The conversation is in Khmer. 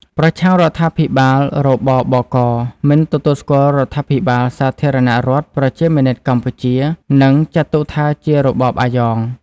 ប្រឆាំងរដ្ឋាភិបាល រ.ប.ប.ក.: មិនទទួលស្គាល់រដ្ឋាភិបាលសាធារណរដ្ឋប្រជាមានិតកម្ពុជា និងចាត់ទុកថាជារបបអាយ៉ង។